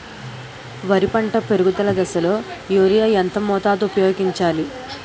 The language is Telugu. వరి పంట పెరుగుదల దశలో యూరియా ఎంత మోతాదు ఊపయోగించాలి?